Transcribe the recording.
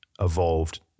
evolved